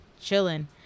chilling